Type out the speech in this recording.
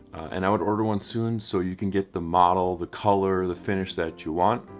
and i would order one soon so you can get the model, the color, the finish that you want.